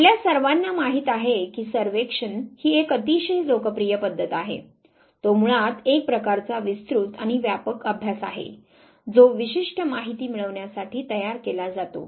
आपल्या सर्वांना माहित आहे की सर्वेक्षण ही एक अतिशय लोकप्रिय पद्धत आहे तो मुळात एक प्रकारचा विस्तृत आणि व्यापक अभ्यास आहे जो विशिष्ट माहिती मिळवण्यासाठी तयार केला जातो